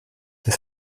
ist